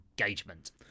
engagement